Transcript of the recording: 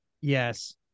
Yes